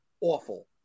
awful